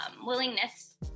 willingness